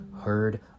heard